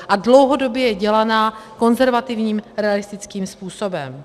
A dlouhodobě je dělaná konzervativním realistickým způsobem.